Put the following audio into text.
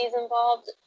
involved